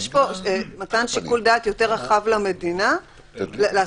יש פה מתן שיקול דעת יותר רחב למדינה לעשות